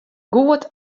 goed